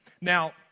Now